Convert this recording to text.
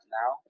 now